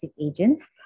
agents